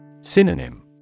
Synonym